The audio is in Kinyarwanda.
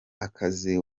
akazi